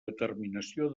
determinació